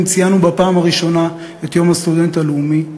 ציינו בפעם הראשונה את יום הסטודנט הלאומי,